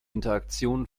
interaktion